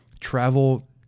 travel